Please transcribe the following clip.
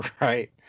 Right